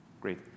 Great